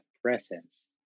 presence